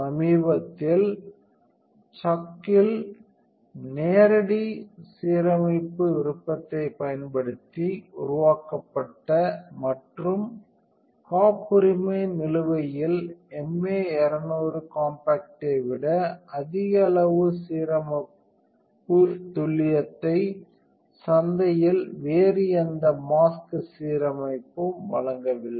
சமீபத்தில் SUCCல் நேரடி சீரமைப்பு விருப்பத்தைப் பயன்படுத்தி உருவாக்கப்பட்ட மற்றும் காப்புரிமை நிலுவையில் MA 200 காம்பாக்டை விட அதிக அளவு சீரமைப்பு துல்லியத்தை சந்தையில் வேறு எந்த மாஸ்க் சீரமைப்பும் வழங்கவில்லை